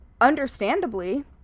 understandably